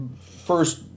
first